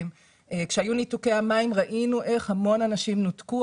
כשהיו ניתוקי מים ראינו איך המון אנשים נותקו.